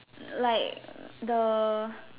like the